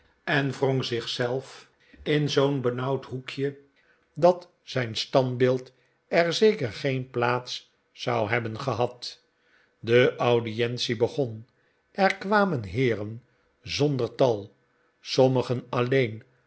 en wrong zich zelf in zoo'n benauwd hoekje dat zijn standbeeld er zeker geen plaats zou hebben gehad de audientie begon er kwamen heeren zonder tal sommigen alleen